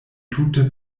tute